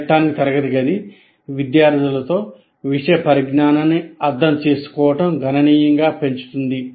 electronic తరగతి గది విద్యార్థులతో విషయ పరిజ్ఞానాన్ని అర్థం చేసుకోవటం గణనీయంగా పెంచుతుంది